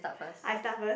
I start first